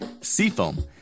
Seafoam